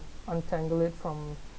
untangle it from